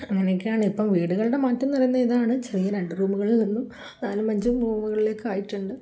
അങ്ങനെയൊക്കെയാണ് ഇപ്പോള് വീടുകളുടെ മാറ്റമെന്നു പറയുന്നത് ഇതാണ് ചെറിയ രണ്ട് റൂമുകളിൽ നിന്നും നാലും അഞ്ചും റൂമുകളിലേക്കായിട്ടുണ്ട്